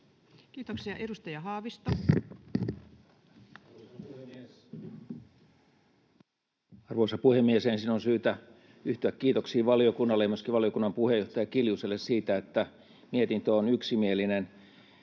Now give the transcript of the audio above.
laeiksi Time: 11:58 Content: Arvoisa puhemies! Ensin on syytä yhtyä kiitoksiin valiokunnalle ja myöskin valiokunnan puheenjohtaja Kiljuselle siitä, että mietintö on yksimielinen.